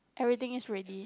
everything is ready